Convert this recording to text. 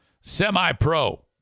Semi-Pro